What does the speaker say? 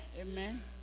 Amen